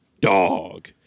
dog